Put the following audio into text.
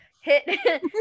hit